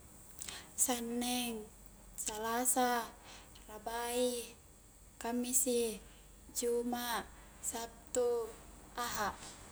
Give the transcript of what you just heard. Sanneng, salasa, rabai, kammisi, juma' sattu, aha'.